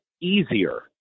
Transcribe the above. easier